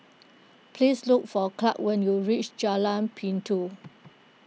please look for Clarke when you reach Jalan Pintau